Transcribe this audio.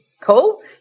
Cool